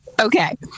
Okay